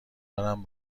دارند